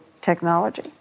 technology